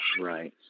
Right